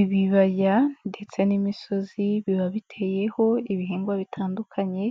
Ibibaya ndetse n'imisozi biba biteyeho ibihingwa bitandukanye